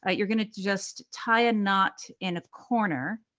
ah you're going to just tie a knot in a corner,